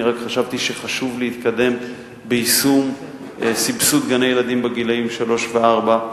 אני רק חשבתי שחשוב להתקדם ביישום סבסוד גני-ילדים לגילאי שלוש וארבע,